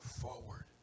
forward